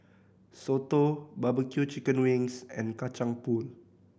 soto barbecue chicken wings and Kacang Pool